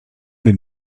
den